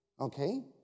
Okay